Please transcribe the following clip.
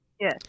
Yes